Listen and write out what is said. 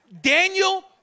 daniel